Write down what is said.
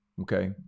okay